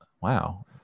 Wow